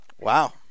Wow